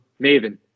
Maven